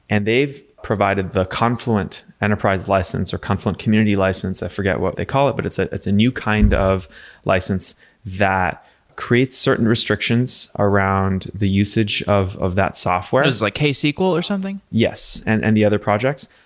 and they've provided the confluent enterprise license or confluent community license. i forget what they call it, but it's ah it's a new kind of license that creates certain restrictions around the usage of of that software. like ksql or something? yes, and and the other projects,